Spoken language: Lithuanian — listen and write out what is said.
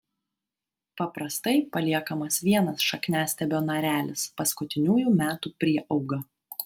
paprastai paliekamas vienas šakniastiebio narelis paskutiniųjų metų prieauga